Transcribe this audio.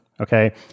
Okay